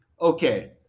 Okay